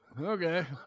okay